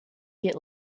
get